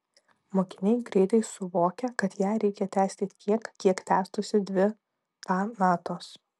mokiniai greitai suvokia kad ją reikia tęsti tiek kiek tęstųsi dvi ta natos